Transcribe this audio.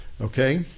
okay